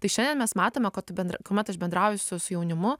tai šiandien mes matome kad bendra kuomet aš bendrauju su su jaunimu